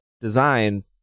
design